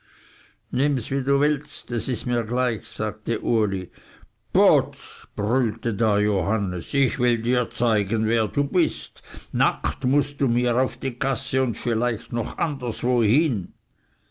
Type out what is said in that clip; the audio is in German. nimms wie du willst es ist mir gleich sagte uli potz brüllte da johannes ich will dir zeigen wer du bist nackt mußt du mir auf die gasse und vielleicht noch anderswohin